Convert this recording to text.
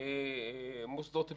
מוסדות בריאות,